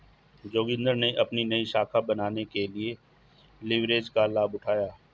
जोगिंदर ने अपनी नई शाखा बनाने के लिए लिवरेज का लाभ उठाया